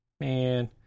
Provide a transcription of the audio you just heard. man